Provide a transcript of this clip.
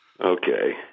Okay